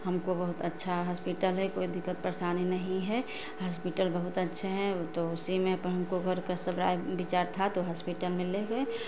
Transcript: हमको बहुत अच्छा हॉस्पिटल है कोइ दिक्कत परेशानी नही है हॉस्पिटल बहुत अच्छे हैं तो उसी में तो हमको घर का सब लोग का राय विचार था तो हॉस्पिटल में ले गये